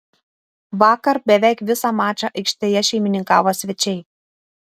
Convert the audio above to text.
vakar beveik visą mačą aikštėje šeimininkavo svečiai